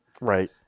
right